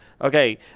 Okay